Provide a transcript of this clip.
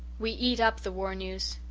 we eat up the war news,